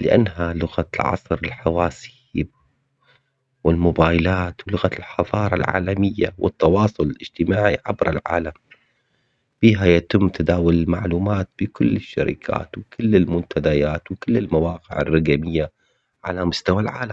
لانها لغة العصر الحواسيب. والموبايلات ولغة الحضارة العالمية والتواصل الاجتماعي عبر العالم. نهاية تداول المعلومات بكل الشركات وكل المنتديات وكل المواقع الرقمية على مستوى العالم